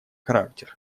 характер